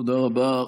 תודה רבה.